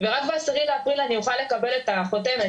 ורק ב-10 לאפריל אני אוכל לקבל את החותמת